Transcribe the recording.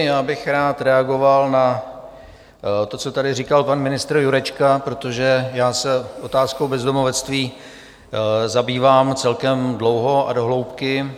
Rád bych reagoval na to, co tady říkal pan ministr Jurečka, protože já se otázkou bezdomovectví zabývám celkem dlouho a do hloubky.